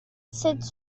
cette